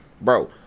bro